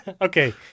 Okay